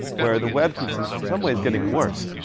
where the web keeps in some ways getting worse.